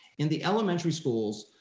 in the elementary schools,